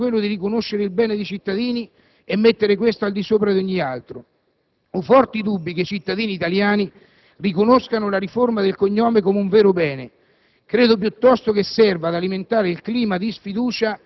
Questo è oggettivamente un bene e compito dello Stato è anche quello di riconoscere il bene dei cittadini e mettere questo al di sopra d'ogni altro. Ho forti dubbi che i cittadini italiani riconoscano la riforma del cognome come un vero bene;